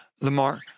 Lamar